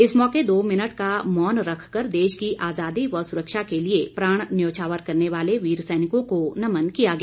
इस मौके दो मिनट का मौन रखकर देश की आजादी व सुरक्षा के लिए प्राण न्यौछावर करने वाले वीर सैनिकों को नमन किया गया